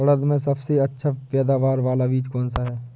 उड़द में सबसे अच्छा पैदावार वाला बीज कौन सा है?